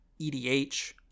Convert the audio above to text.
EDH